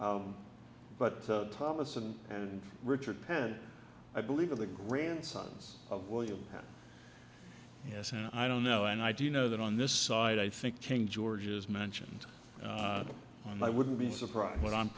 e but thomas and and richard penn i believe of the grandsons of william yes and i don't know and i do know that on this side i think king george's mentioned and i wouldn't be surprised what i'm